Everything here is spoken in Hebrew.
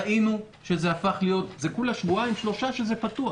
ראינו שזה הפך להיות זה בסך הכול שבועיים שלושה פתוח